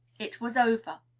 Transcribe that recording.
it was over.